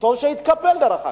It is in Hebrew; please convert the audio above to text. וטוב שהתקפל, דרך אגב.